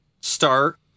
start